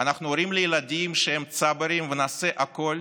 אנחנו הורים לילדים שהם צברים, ונעשה הכול,